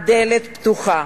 הדלת פתוחה